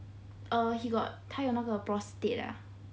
err he got 他有那个 prostate 啊